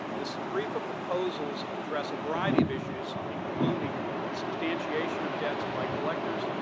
the sbrefa proposals address a variety of issues, including the substantiation of debts by collectors,